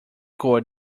cord